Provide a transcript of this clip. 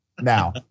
Now